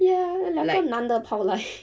ya 那两个男的跑来